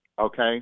okay